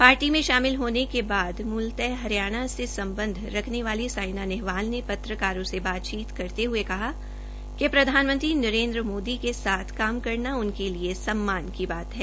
party में शामिल होने के बाद मूलत हरियाणा से सम्बध रखने वाली सायना नेहवाल ने पत्रकारों से बातचीत करते हये कहा कि प्रधानमंत्री नरेन्द्र मोदी के साथ काम करना उनके लिये सम्मान की बात की